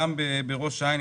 גם בראש העין,